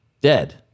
Dead